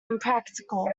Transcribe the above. impractical